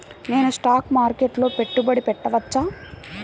నేను స్టాక్ మార్కెట్లో పెట్టుబడి పెట్టవచ్చా?